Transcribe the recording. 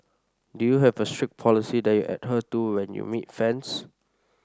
do you have a strict policy that you adhere to when you meet fans